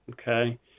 okay